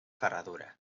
ferradura